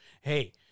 Hey